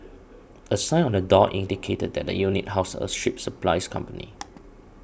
a sign on the door indicated that the unit housed a ship supplies company